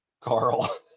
Carl